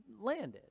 landed